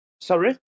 Sorry